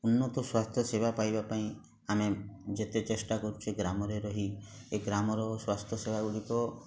ଉନ୍ନତ ସ୍ଵାସ୍ଥ୍ୟସେବା ପାଇବା ପାଇଁ ଆମେ ଯେତେ ଚେଷ୍ଟା କରୁଛେ ଗ୍ରାମରେ ରହି ଏ ଗ୍ରାମର ସ୍ୱାସ୍ଥ୍ୟସେବା ଗୁଡ଼ିକ